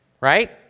right